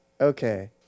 okay